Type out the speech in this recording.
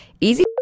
easy